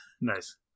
Nice